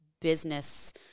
business